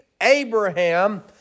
Abraham